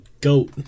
goat